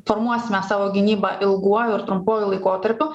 formuosime savo gynybą ilguoju ir trumpuoju laikotarpiu